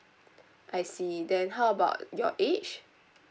I see then how about your age